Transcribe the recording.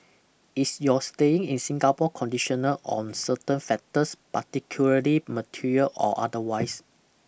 is your staying in Singapore conditional on certain factors particularly material or otherwise